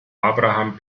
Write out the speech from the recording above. abraham